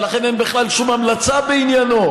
ולכן אין בכלל שום המלצה בעניינו,